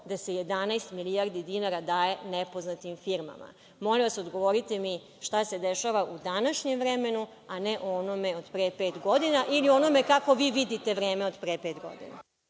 da se 11 milijardi dinara daje napoznatim firmama. Molim vas, odgovorite mi šta se dešava u današnjem vremenu, a ne u onome od pre pet godina ili u onome kako vi vidite vreme od pre pet godina.